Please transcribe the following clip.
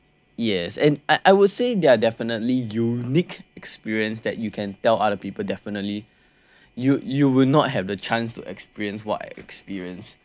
yes and I I would say they're definitely unique experience that you can tell other people definitely you you will not have the chance to experience what I experience I think that's a